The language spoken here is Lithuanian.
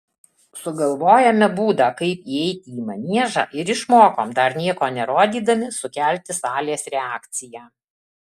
sugalvojome būdą kaip įeiti į maniežą ir išmokom dar nieko nerodydami sukelti salės reakciją